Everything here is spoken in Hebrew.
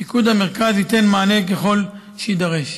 פיקוד המרכז ייתן מענה ככל שיידרש.